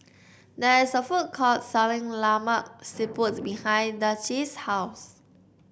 there is a food court selling Lemak Siput behind Dicie's house